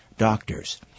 doctors